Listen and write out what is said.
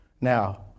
Now